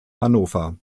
hannover